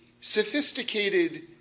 sophisticated